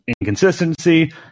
inconsistency